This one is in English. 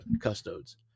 Custodes